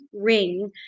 ring